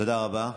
תודה רבה,